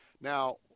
Now